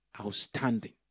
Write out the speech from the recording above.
outstanding